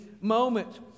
moment